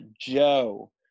Joe